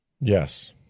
Yes